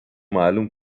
معلوم